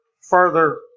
further